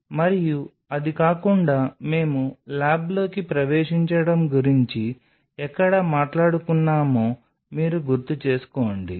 మరియు అది కాకుండా మేము ల్యాబ్లోకి ప్రవేశించడం గురించి ఎక్కడ మాట్లాడుకున్నామో మీరు గుర్తుచేసుకోండి